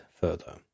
further